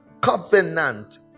covenant